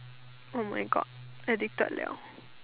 oh my God addicted liao